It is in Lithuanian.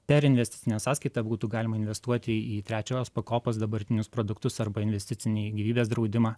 per investicinę sąskaitą būtų galima investuoti į trečios pakopos dabartinius produktus arba investicinį gyvybės draudimą